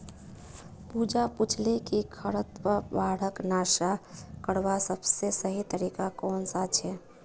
पूजा पूछाले कि खरपतवारक नाश करवार सबसे सही तरीका कौन सा छे